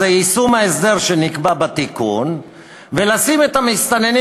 יישום ההסדר שנקבע בתיקון ולשים את המסתננים